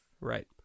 Right